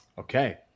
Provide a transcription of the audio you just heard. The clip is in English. Okay